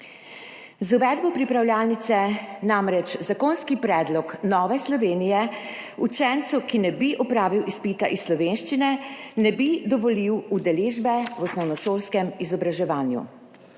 Z uvedbo pripravljalnice namreč zakonski predlog Nove Slovenije učencu, ki ne bi opravil izpita iz slovenščine, ne bi dovolil udeležbe v osnovnošolskem izobraževanju.